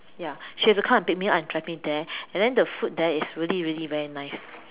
ya she had to come pick me up and drive me there and then the food is really really very nice